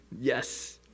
Yes